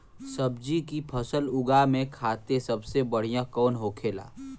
सब्जी की फसल उगा में खाते सबसे बढ़ियां कौन होखेला?